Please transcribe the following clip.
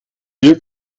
hier